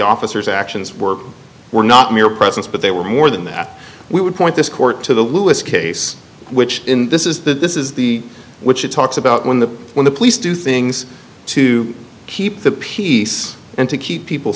officers actions were were not mere presence but they were more than that we would point this court to the lewis case which in this is the this is the which he talks about when the when the police do things to keep the peace and to keep people